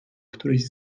któryś